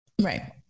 Right